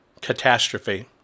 catastrophe